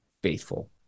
Faithful